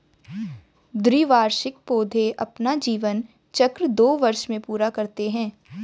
द्विवार्षिक पौधे अपना जीवन चक्र दो वर्ष में पूरा करते है